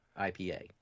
IPA